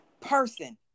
person